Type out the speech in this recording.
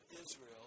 Israel